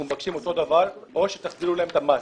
אנחנו מבקשים אותו הדבר, או שתחזירו להם את המס.